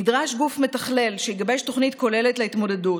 נדרש גוף מתכלל שיגבש תוכנית כוללת להתמודדות,